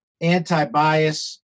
anti-bias